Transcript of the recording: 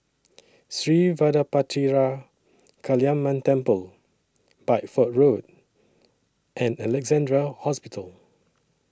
Sri Vadapathira Kaliamman Temple Bideford Road and Alexandra Hospital